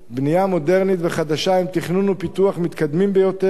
בנייה מודרנית וחדשה עם תכנון ופיתוח מתקדמים ביותר,